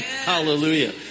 Hallelujah